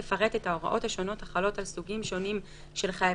ותפרט את ההוראות השונות החלות על סוגים שונים של חייבים